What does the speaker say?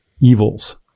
evils